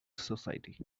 society